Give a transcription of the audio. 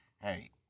hey